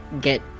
get